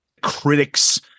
critic's